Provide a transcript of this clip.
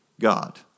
God